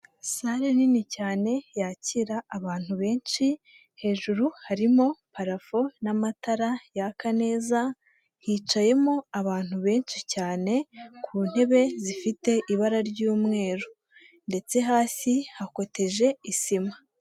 Sale nini cyane, yakira abantu benshi, hejuru harimo parafo n'amatara yaka neza, hicayemo abantu benshi cyane, ku ntebe zifite ibara ry'umweru, ndetse hasi hakotejwe isima.